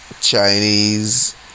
Chinese